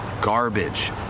garbage